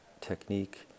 technique